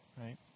right